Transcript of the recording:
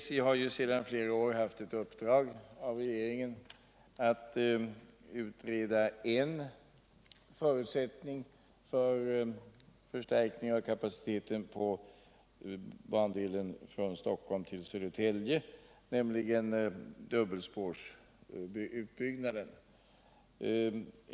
SJ har sedan flera år i uppdrag av regeringen att utreda en förutsättning för förstärkning av kapaciteten på bandelen från Stockholm till Södertälje, nämligen dubbelspårutbyggnaden.